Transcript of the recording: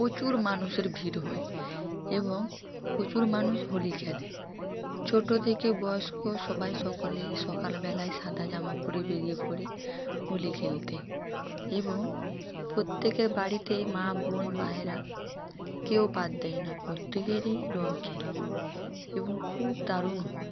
প্রচুর মানুষের ভিড় হয় এবং প্রচুর মানুষ হোলি খেলে ছোট থেকে বয়স্ক সবাই সকলেই সকালবেলায় সাদা জামা পরে বেরিয়ে পড়ে হোলি খেলতে এবং প্রত্যেকের বাড়িতেই মা বোন ভাইয়েরা কেউ বাদ দেয় না প্রত্যেকেই রং খেলে এবং খুব দারুণ হয়